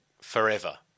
forever